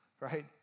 right